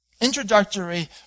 introductory